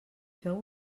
feu